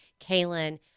Kaylin